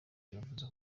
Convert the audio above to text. yavuze